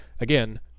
again